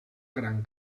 gran